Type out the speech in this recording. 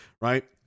right